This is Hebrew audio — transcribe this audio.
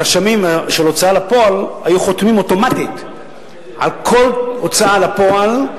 הרשמים של ההוצאה לפועל היו חותמים אוטומטית על כל הוצאה לפועל,